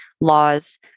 laws